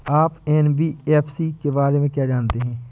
आप एन.बी.एफ.सी के बारे में क्या जानते हैं?